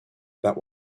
about